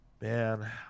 Man